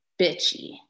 bitchy